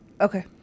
okay